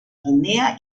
guinea